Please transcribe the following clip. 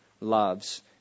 loves